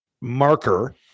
marker